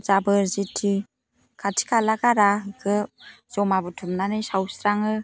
जाबोर जिथि खाथि खाला गारा बेखौ ज'मा बुथुमनानै सावस्राङो